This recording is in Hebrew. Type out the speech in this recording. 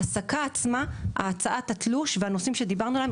ההעסקה עצמה; הוצאת התלוש והנושאים שדיברנו עליהם,